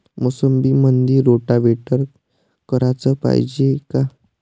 मोसंबीमंदी रोटावेटर कराच पायजे का?